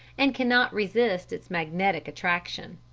and cannot resist its magnetic attraction.